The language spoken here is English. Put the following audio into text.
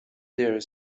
their